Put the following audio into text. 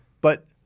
But-